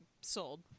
sold